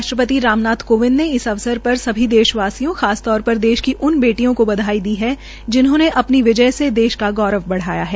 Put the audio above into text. राष्ट्रपति राम नाथ कोविंद ने इस अवसर पर सभी देश वासियों खासतौर पर देश की उन बेटियों को बधाई दी है जिन्होंने अपनी विजय से देश का गौरव बढ़ाया है